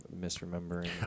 misremembering